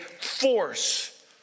force